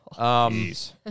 Jeez